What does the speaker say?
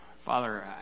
Father